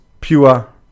pure